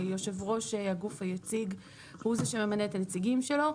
שיושב ראש הגוף היציג הוא זה שממנה את הנציגים שלו.